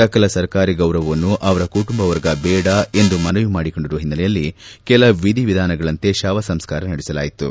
ಸಕಲ ಸರ್ಕಾರಿ ಗೌರವವನ್ನು ಅವರ ಕುಟುಂಬ ವರ್ಗ ಬೇಡ ಎಂದು ಮನವಿ ಮಾಡಿರುವ ಹಿನ್ನಲೆಯಲ್ಲಿ ಕೆಲ ವಿಧಿವಿದಾನದಂತೆ ಶವ ಸಂಸ್ತಾರ ನಡೆಸಲಾಯಿತು